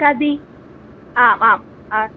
कति आम् आम् अस्तु